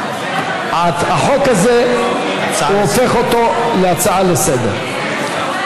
החוק הזה, הוא הופך אותו להצעה לסדר-היום.